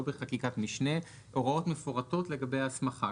בחקיקת משנה הוראות מפורטות לגבי ההסמכה.